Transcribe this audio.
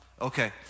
Okay